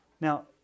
Now